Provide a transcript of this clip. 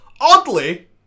Oddly